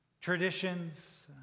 traditions